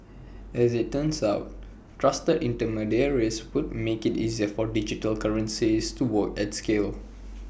and as IT turns out trusted intermediaries would make IT easier for digital currencies to work at scale